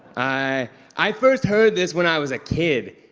i i first heard this when i was a kid,